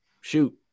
shoot